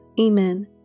Amen